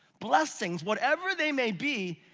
blessings, whatever they may be,